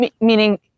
Meaning